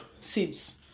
seeds